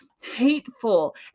hateful